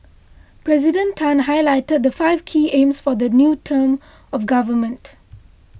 President Tan highlighted the five key aims for the new term of government